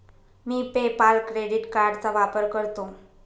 मी PayPal credit कार्डचा वापर करतो